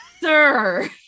Sir